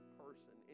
person